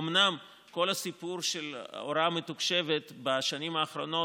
אומנם כל הסיפור של הוראה מתוקשבת בשנים האחרונות